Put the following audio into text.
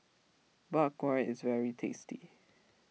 Bak Kwa is very tasty